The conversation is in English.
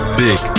big